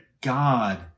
God